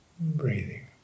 breathing